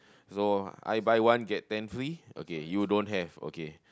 so I buy one get ten free okay you don't have okay